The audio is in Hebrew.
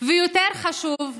ויותר חשוב,